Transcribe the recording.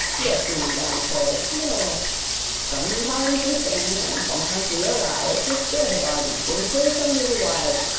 the fiend answered, nay sometimes we feign, and sometimes we arise with deade bodies, in full sundry wise,